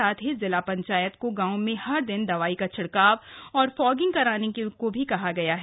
साथ ही जिला पंचायत को गांव में हर दिन दवाई का छिड़काव और फॉगिंग करने को कहा गया है